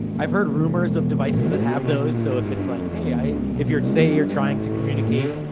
i've heard rumors of devices that have those. so, if it's like, hey i. if you're, say you're trying to communicate.